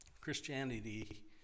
Christianity